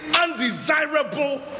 undesirable